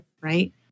Right